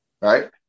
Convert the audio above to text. Right